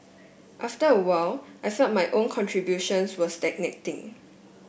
after a while I felt my own contributions were stagnating